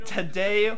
Today